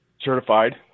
certified